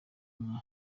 inka